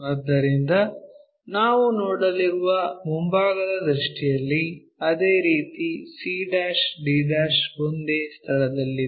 ಆದ್ದರಿಂದ ನಾವು ನೋಡಲಿರುವ ಮುಂಭಾಗದ ದೃಷ್ಟಿಯಲ್ಲಿ ಅದೇ ರೀತಿ c d' ಒಂದೇ ಸ್ಥಳದಲ್ಲಿದೆ